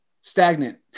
stagnant